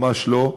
ממש לא.